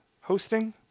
hosting